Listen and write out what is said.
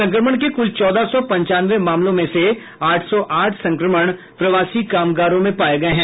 संक्रमण के कुल चौदह सौ पंचानवे मामलों में से आठ सौ आठ संक्रमण प्रवासी कामगारों में पाये गये हैं